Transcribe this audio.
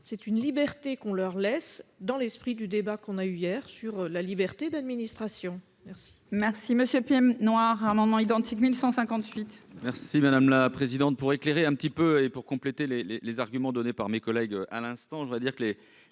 c'est une liberté qu'on leur laisse dans l'esprit du débat qu'on a eu hier sur la liberté d'administration merci. Merci Monsieur Piem noir amendements identiques 1000 100 58. Merci madame la présidente, pour éclairer un petit peu et pour compléter les, les, les arguments donnés par mes collègues à l'instant, je dois dire que